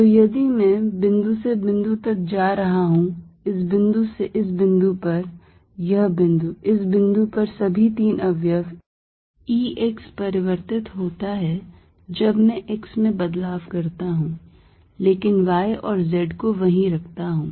तो यदि मैं बिंदु से बिंदु तक जा रहा हूं इस बिंदु से इस बिंदु पर यह बिंदु इस बिंदु पर सभी तीन अवयव E x परिवर्तित होता है जब मैं x में बदलाव करता हूं लेकिन y और z को वही रखता हूं